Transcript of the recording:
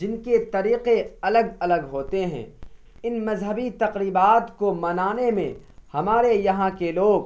جن کے طریقے الگ الگ ہوتے ہیں ان مذہبی تقریبات کو منانے میں ہمارے یہاں کے لوگ